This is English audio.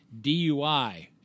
DUI